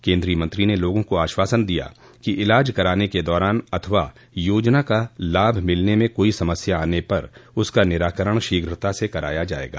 केन्द्रीय मंत्री ने लोगों को आश्वासन दिया कि इलाज कराने के दौरान अथवा योजना का लाभ मिलने में कोई समस्या आने पर उसका निराकरण शीघ्रता से कराया जायेगा